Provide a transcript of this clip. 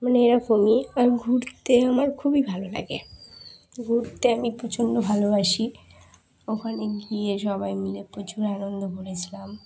মানে এরকমই আর ঘুরতে আমার খুবই ভালো লাগে ঘুরতে আমি প্রচণ্ড ভালোবাসি ওখানে গিয়ে সবাই মিলে প্রচুর আনন্দ করেছিলাম